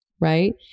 right